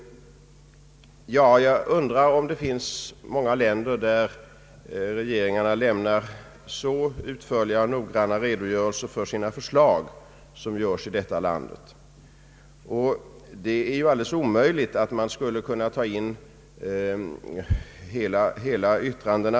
Jag undrar om det finns många länder där regeringarna lämnar så utförliga och noggranna redogörelser för sina förslag som regeringen gör i vårt land. Det är alldeles omöjligt att i propositionerna ta in alla yttranden.